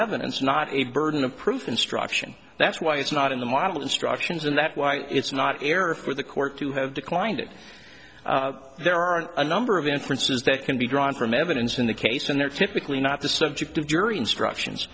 evidence not a burden of proof instruction that's why it's not in the model instructions and that it's not error for the court to have declined it there are a number of inferences that can be drawn from evidence in the case and they're typically not the subject of jury instructions